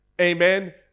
Amen